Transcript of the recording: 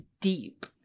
deep